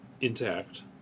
intact